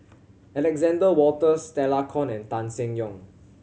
Alexander Wolters Stella Kon and Tan Seng Yong